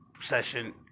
session